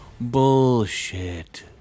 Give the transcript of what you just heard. Bullshit